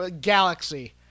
galaxy